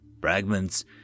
Fragments